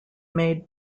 made